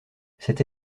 cette